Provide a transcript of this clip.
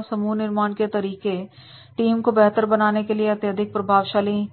समूह निर्माण के तरीके टीम को बेहतर बनाने के लिए और अत्यधिक प्रभावशाली